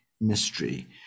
mystery